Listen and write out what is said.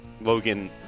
Logan